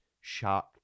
shark